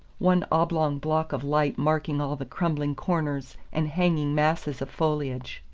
one oblong block of light marking all the crumbling corners and hanging masses of foliage.